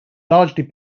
largely